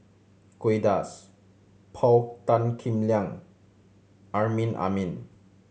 Kay Das Paul Tan Kim Liang Amrin Amin